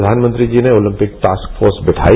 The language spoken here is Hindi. प्रधानमंत्री जी ने ओलंपिक टास्क फोर्स बैठाई